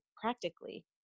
practically